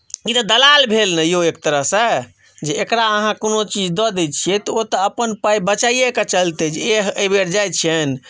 ई तऽ दलाल भेल ने यौ एक तरहसँ जे एकरा अहाँ कोनो चीज दऽ दैत छियै तऽ ओ तऽ अपन पाइ बचाइयेके चलतै जे एह एहिबेर जाइत छियनि